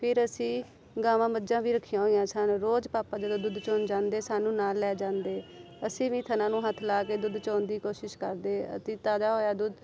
ਫਿਰ ਅਸੀਂ ਗਾਵਾਂ ਮੱਝਾਂ ਵੀ ਰੱਖੀਆਂ ਹੋਈਆਂ ਸਨ ਰੋਜ਼ ਪਾਪਾ ਜਦੋਂ ਦੁੱਧ ਚੋਣ ਜਾਂਦੇ ਸਾਨੂੰ ਨਾਲ ਲੈ ਜਾਂਦੇ ਅਸੀਂ ਵੀ ਥਣਾ ਨੂੰ ਹੱਥ ਲਾ ਕੇ ਦੁੱਧ ਚੋਣ ਦੀ ਕੋਸ਼ਿਸ਼ ਕਰਦੇ ਅਤੇ ਤਾਜ਼ਾ ਹੋਇਆ ਦੁੱਧ